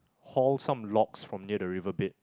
haul some logs from near the river bed